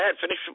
Finish